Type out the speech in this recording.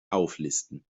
auflisten